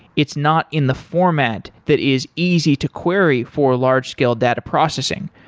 it's not in the format that is easy to query for large-scale data processing.